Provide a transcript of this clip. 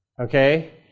Okay